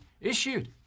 issued